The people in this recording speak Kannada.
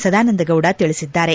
ಸದಾನಂದ ಗೌಡ ತಿಳಿಸಿದ್ದಾರೆ